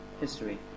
history